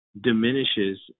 diminishes